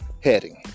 heading